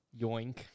Yoink